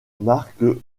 marque